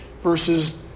versus